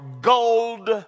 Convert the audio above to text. gold